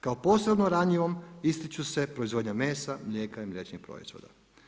Kao posredno ranjivom ističu se proizvodnja mesa, mlijeka i mliječnih proizvoda.